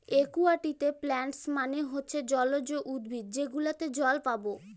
একুয়াটিকে প্লান্টস মানে হচ্ছে জলজ উদ্ভিদ যেগুলোতে জল পাবো